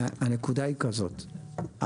הנקודה היא כזאת,